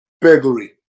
burglary